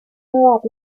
renovar